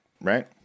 Right